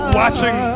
watching